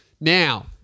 Now